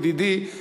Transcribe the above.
ידידי,